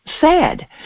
sad